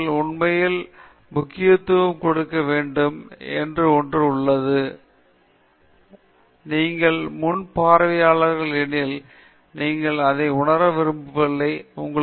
எனவே நீங்கள் உண்மையில் நீங்கள் முக்கியத்துவம் கொடுக்க வேண்டும் என்று ஒன்று உள்ளது நீங்கள் முன் ஒரு பார்வையாளர்களை ஏனெனில் நீங்கள் அதை உணர விரும்பவில்லை உங்களுக்கு தெரியும் நீங்கள் அவர்களின் நேரத்தை வீணடிக்கிறார்கள்